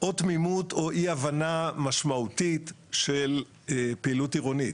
או תמימות או אי הבנה משמעותית של פעילות עירונית.